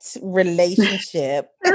relationship